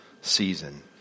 season